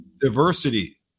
diversity